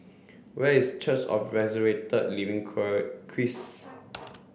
where is Church of Living Christ